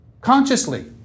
consciously